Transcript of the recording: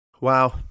Wow